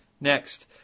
Next